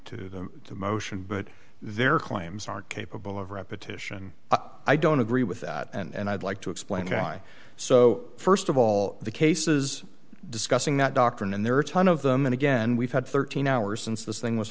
to them the most but their claims are capable of repetition i don't agree with that and i'd like to explain try so st of all the cases discussing that doctrine and there are a ton of them and again we've had thirteen hours since this thing was